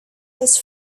his